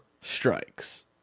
Strikes